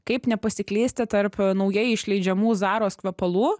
kaip nepasiklysti tarp naujai išleidžiamų zaros kvepalų